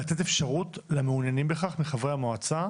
לתת אפשרות לחברי המועצה המעוניינים בכך